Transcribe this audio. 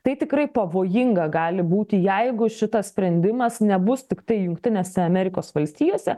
tai tikrai pavojinga gali būti jeigu šitas sprendimas nebus tiktai jungtinėse amerikos valstijose